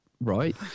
right